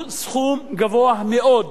הוא סכום גבוה מאוד,